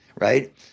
right